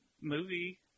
movie